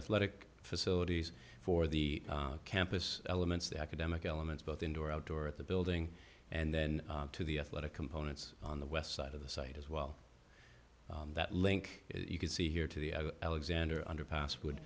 athletic facilities for the campus elements the academic elements both indoor outdoor at the building and then to the athletic components on the west side of the site as well that link you can see here to the alexander underpass would